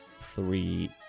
three